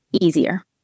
easier